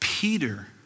Peter